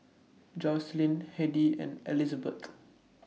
Joycelyn Hedy and Elisabeth